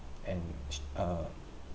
and uh